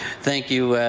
thank you,